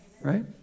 Right